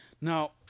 Now